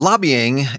Lobbying